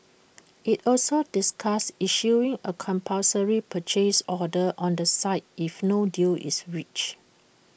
IT also discussed issuing A compulsory purchase order on the site if no deal is reached